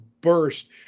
burst